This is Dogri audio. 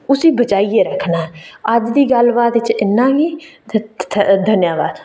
उसी बचाइयै रखना अज्ज दी गल्ल बात च इन्ना गै ते धन्याबाद